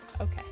Okay